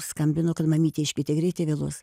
skambino kad mamytė iškvietė greitąją vėluos